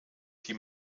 die